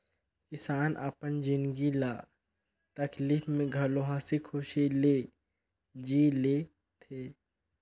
किसान अपन जिनगी ल तकलीप में घलो हंसी खुशी ले जि ले थें